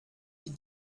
die